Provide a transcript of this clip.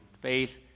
faith